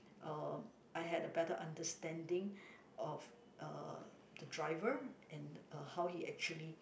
uh I had a better understanding of uh the driver and uh how he actually